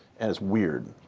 and is weird.